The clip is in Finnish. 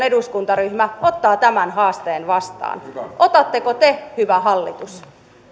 eduskuntaryhmä ottaa tämän haasteen vastaan otatteko te hyvä hallitus